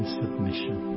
submission